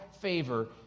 favor